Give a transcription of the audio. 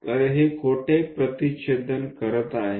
तर हे कोठे प्रतिच्छेदन करत आहे